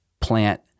plant